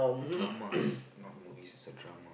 dramas not movies it's a drama